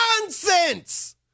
nonsense